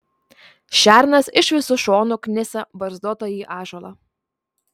šernas iš visų šonų knisa barzdotąjį ąžuolą